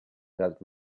that